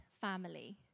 family